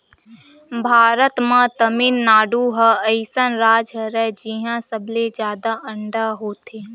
भारत म तमिलनाडु ह अइसन राज हरय जिंहा सबले जादा अंडा होथे